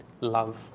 love